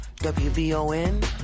WVON